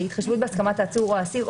"התחשבות בהסכמת העצור או האסיר,